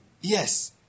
Yes